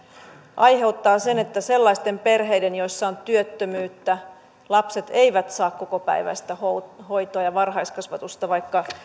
aiheuttaa sen että sellaisten perheiden joissa on työttömyyttä lapset eivät saa kokopäiväistä hoitoa hoitoa ja varhaiskasvatusta vaikka